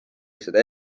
seda